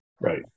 Right